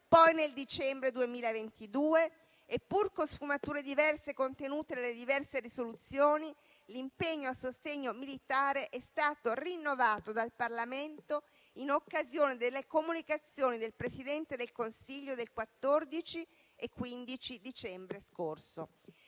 poi nel dicembre 2022 e, pur con sfumature diverse contenute nelle diverse risoluzioni, l'impegno al sostegno militare è stato rinnovato dal Parlamento in occasione delle comunicazioni del Presidente del Consiglio del 14 e 15 dicembre scorso.